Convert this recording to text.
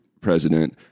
president